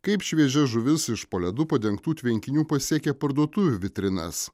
kaip šviežia žuvis iš po ledu padengtų tvenkinių pasiekia parduotuvių vitrinas